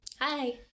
Hi